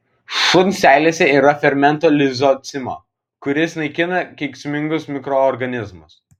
šuns seilėse yra fermento lizocimo kuris naikina kenksmingus mikroorganizmus